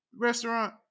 restaurant